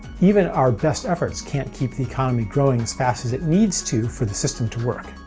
even our best efforts can't keep the economy growing as fast as it needs to for the system to work